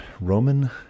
Roman